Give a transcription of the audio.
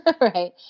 right